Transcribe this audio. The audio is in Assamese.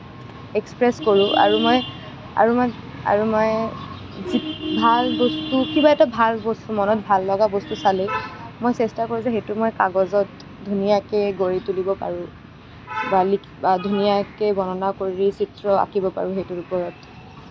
এক্সপ্ৰেছ কৰোঁ আৰু মই আৰু মই আৰু মই যি ভাল বস্তু কিবা এটা ভাল বস্তু মনত ভাল লগা বস্তু চালেই মই চেষ্টা কৰোঁ যে সেইটো মই কাগজত ধুনীয়াকৈ গঢ়ি তুলিব পাৰোঁ বা লিখি বা ধুনীয়াকৈ বৰ্ণনা কৰি চিত্ৰ আঁকিব পাৰোঁ সেইটোৰ ওপৰত